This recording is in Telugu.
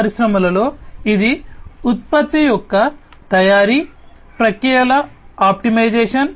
గిడ్డంగుల ఉపయోగించి మెరుగుపరచవచ్చు